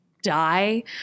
Die